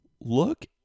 Look